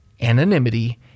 Anonymity